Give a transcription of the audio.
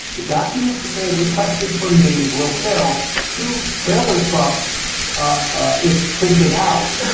the documents that they requested from me will fill two trailer trucks ah if printed out.